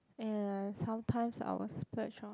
ya sometime I will splurge on